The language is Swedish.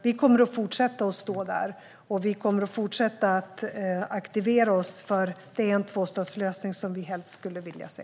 Vi kommer att fortsätta att stå där, och vi kommer att fortsätta att vara aktiva för den tvåstatslösning som vi helst skulle vilja se.